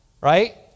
right